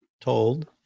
told